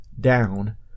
down